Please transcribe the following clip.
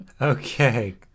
Okay